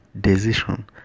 decision